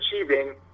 achieving